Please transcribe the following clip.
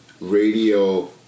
radio